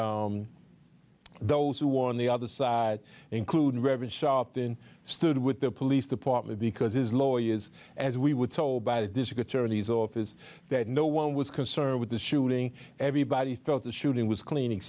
mother those who on the other side include reverend sharpton stood with the police department because his lawyer is as we were told by the district attorney's office that no one was concerned with the shooting everybody thought the shooting was cleaning